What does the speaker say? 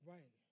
Right